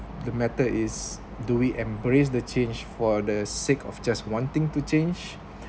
the matter is do we embrace the change for the sake of just wanting to change